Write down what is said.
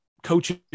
coaches